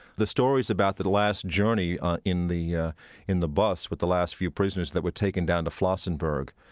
the story's about the the last journey in the ah in the bus with the last few prisoners that were taken down to flossenburg,